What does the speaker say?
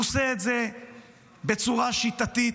הוא עושה את זה בצורה שיטתית,